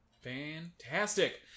Fantastic